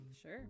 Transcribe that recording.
Sure